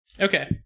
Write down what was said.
Okay